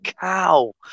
cow